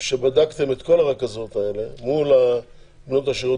שבדקתם את כל הרכזות האלה מול בנות השירות